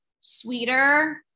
sweeter